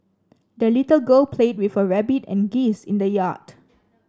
the little girl played with her rabbit and geese in the yard